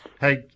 Hey